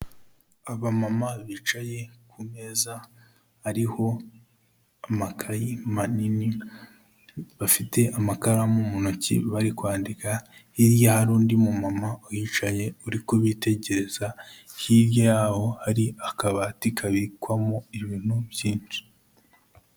Abamama bicaye ku meza ariho amakayi manini, bafite amakaramu mu ntoki bari kwandika. Hirya hari undi mu mama uhicaye uri kubitegereza, hirya yaho hari akabati kabikwamo ibintu byinshi.